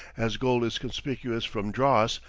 as gold is conspicuous from dross,